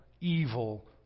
evil